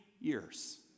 years